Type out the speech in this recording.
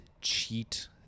cheat